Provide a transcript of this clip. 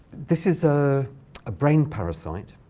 this is a ah brain parasite.